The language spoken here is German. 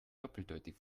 doppeldeutig